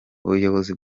ubuyobozi